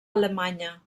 alemanya